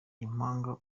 impanga